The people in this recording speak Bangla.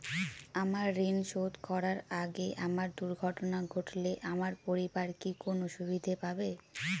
আমার ঋণ শোধ করার আগে আমার দুর্ঘটনা ঘটলে আমার পরিবার কি কোনো সুবিধে পাবে?